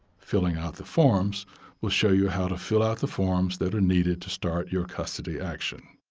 filling out the forms will show you how to fill out the forms that are needed to start your custody action.